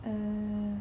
um